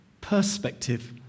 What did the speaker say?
perspective